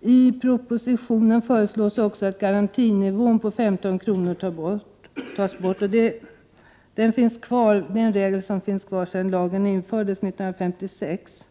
I propositionen föreslås också att garantinivån på 15 kr. skall tas bort. Det är en regel som finns kvar sedan lagen infördes 1956.